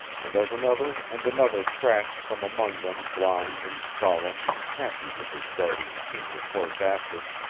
and as another and another crashed from among them blind and solemn and happy with his guardian senior close after,